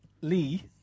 Lee